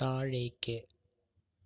താഴേക്ക്